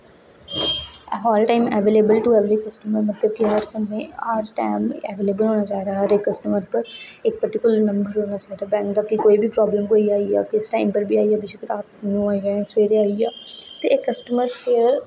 all time available to customer मतलब कि हर समें हर टैम अवेलेबल होना चाहिदा हर इक कस्टमर उप्पर इक पर्टिकुलर बंदा होना चाहिदा बैंक दा कि कोई बी प्रॉब्लम कोई आई जाए किस टाइम उप्पर बी आई जाए बेशक्क सबैह्रे आई जा ते कस्टमर ते